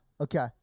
Okay